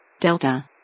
Delta